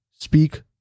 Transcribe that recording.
Speak